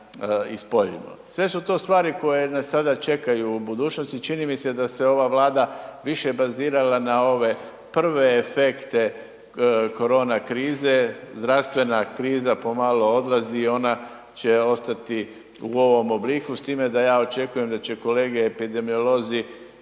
Sve su to stvari koje nas sada čekaju u budućnosti, čini mi se da se ova Vlada više bazirala na ove prve efekte korona krize, zdravstvena kriza pomalo odlazi i ona će ostati u ovom obliku s time da ja očekujem da će kolege epidemiolozi